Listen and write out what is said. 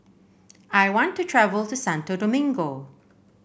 I want to travel to Santo Domingo